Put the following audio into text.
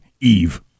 Eve